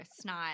snot